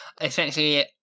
essentially